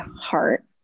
heart